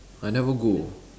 I never go